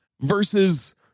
versus